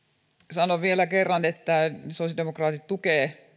sanon vielä kerran että sosiaalidemokraatit tukevat